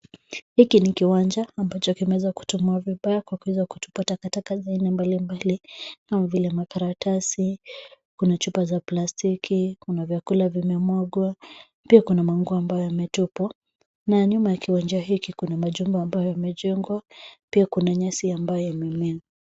Hiki ni kiwanja ambacho kimeweza kutumiwa vibaya kwa kuweza kutupa takataka za aina mbali mbali kama vile makaratasi. Kuna chupa za plastiki, kuna vyakula vimemwagwa, pia kuna manguo ambayo yametupwa na nyuma ya kiwanja hiki kuna majumba ambayo yamejengwa. Pia kuna nyasi ambayo imemea.